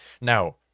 now